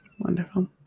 Wonderful